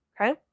Okay